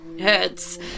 hurts